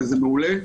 וזה מעולה,